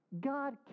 God